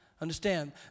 Understand